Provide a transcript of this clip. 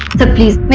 the police.